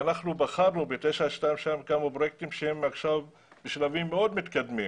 אנחנו בחרנו ב-922 בכמה פרויקטים שעכשיו הם בשלבים מאוד מתקדמים